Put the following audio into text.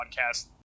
podcast